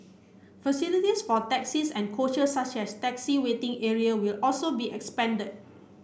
facilities for taxis and coach such as taxi waiting area will also be expanded